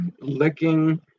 licking